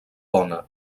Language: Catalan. bona